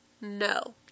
No